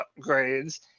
upgrades